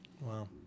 Wow